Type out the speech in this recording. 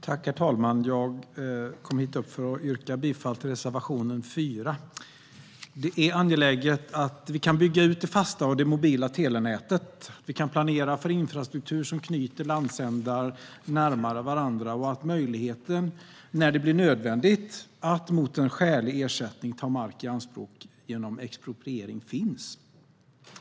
Herr talman! Jag yrkar bifall till reservation 4. Det är angeläget att vi kan bygga ut det fasta och det mobila telenätet, att vi kan planera för infrastruktur som knyter landsändar närmare varandra och att möjligheten finns att, när det blir nödvändigt, mot en skälig ersättning ta mark i anspråk genom expropriering.